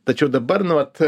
tačiau dabar nu vat